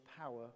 power